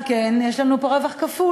על כן, יש לנו פה רווח כפול,